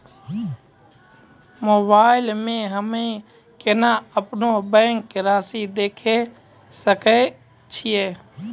Mobile मे हम्मय केना अपनो बैंक रासि देखय सकय छियै?